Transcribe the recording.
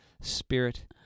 spirit